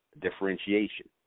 differentiation